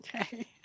okay